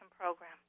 program